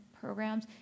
programs